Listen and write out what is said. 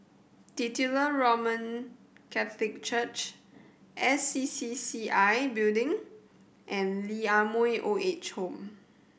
Titular Roman Catholic Church S C C C I Building and Lee Ah Mooi Old Age Home